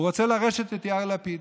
הוא רוצה לרשת את יאיר לפיד,